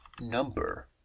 Number